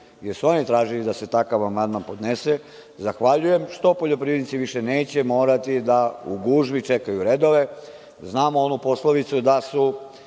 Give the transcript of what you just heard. jer su oni tražili da se takav amandman podnese, zahvaljujem što poljoprivrednici više neće morati da u gužvi čekaju redove. Znamo onu poslovicu da su